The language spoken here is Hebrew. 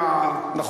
סליחה, נכון.